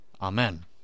Amen